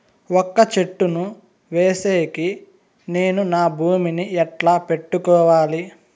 వక్క చెట్టును వేసేకి నేను నా భూమి ని ఎట్లా పెట్టుకోవాలి?